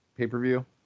pay-per-view